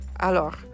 Alors